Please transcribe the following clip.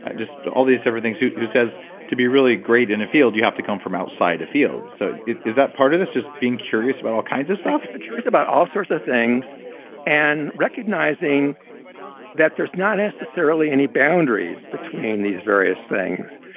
just all these different things, who who says to be really great in the field you have to come from outside the field so is that part of this, just being curious about all kinds of stuff? but curious about all sorts of things and recognizing that there's not necessarily any boundaries between these various things,